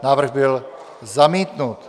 Návrh byl zamítnut.